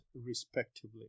respectively